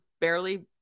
barely